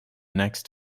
next